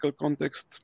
context